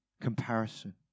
Comparison